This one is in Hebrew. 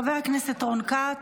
חבר הכנסת רון כץ,